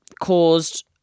caused